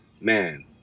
man